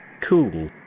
Cool